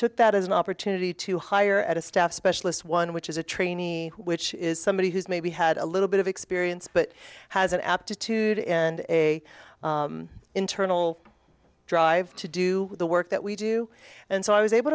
took that as an opportunity to hire at a staff specialist one which is a trainee which is somebody who's maybe had a little bit of experience but has an aptitude and a internal drive to do the work that we do and so i was able